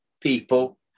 people